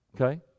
okay